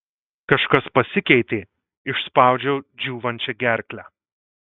kažkas pasikeitė išspaudžiau džiūvančia gerkle